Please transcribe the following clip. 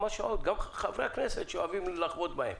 זה נכון גם לחברי הכנסת, שכל